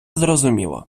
зрозуміло